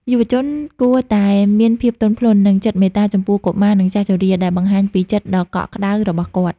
យុវជនគួរតែ "មានភាពទន់ភ្លន់ និងចិត្តមេត្តាចំពោះកុមារ និងចាស់ជរា" ដែលបង្ហាញពីចិត្តដ៏កក់ក្ដៅរបស់គាត់។